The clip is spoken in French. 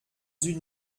une